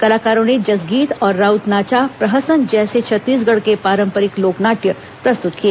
कलाकारों ने जसगीत और राऊत नाचा प्रहसन जैसे छत्तीसगढ़ के पारंपरिक लोक नाट्य प्रस्तुत किए